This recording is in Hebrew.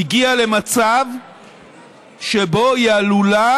הגיעה למצב שבו היא עלולה